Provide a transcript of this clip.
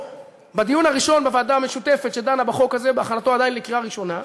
בדיון הראשון בוועדה המשותפת שדנה בחוק הזה בהכנתו עדיין לקריאה ראשונה.